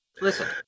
Listen